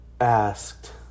asked